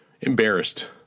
embarrassed